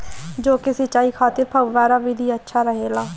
जौ के सिंचाई खातिर फव्वारा विधि अच्छा रहेला?